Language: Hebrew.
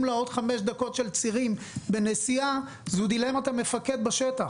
לה עוד חמש דקות של צירים בנסיעה אלה דילמות המפקד בשטח.